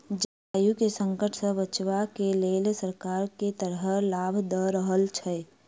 जलवायु केँ संकट सऽ बचाबै केँ लेल सरकार केँ तरहक लाभ दऽ रहल छै?